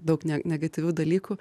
daug ne negatyvių dalykų